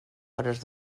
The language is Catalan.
hores